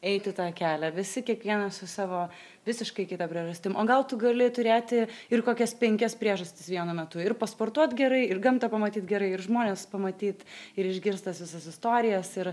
eiti tą kelią visi kiekvienas su savo visiškai kita priežastim o gal tu gali turėti ir kokias penkias priežastis vienu metu ir pasportuot gerai ir gamtą pamatyti gerai ir žmones pamatyt ir išgirst tas visas istorijas ir